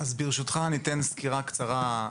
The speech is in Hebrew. המון נזקים שקשורים לחברות ממשלתיות בהקשרים האלה של אכיפה.